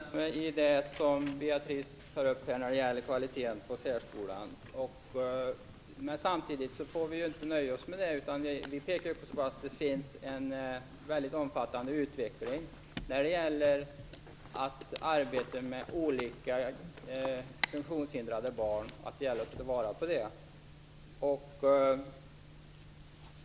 Fru talman! Jag kan instämma i det som Beatrice Ask sade om kvaliteten på särskolan. Men samtidigt får vi inte nöja oss med det. Vi pekar ju på att det pågår en väldigt omfattande utveckling när det gäller att arbeta med funktionshindrade barn, och det gäller att ta vara på den.